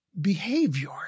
behavior